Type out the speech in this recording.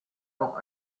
auch